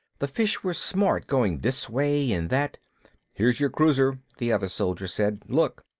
the fish were smart, going this way and that here's your cruiser, the other soldier said. look!